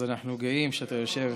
אז אנחנו גאים שאתה יושב,